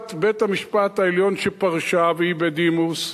נשיאת בית-המשפט העליון שפרשה, והיא בדימוס,